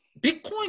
Bitcoin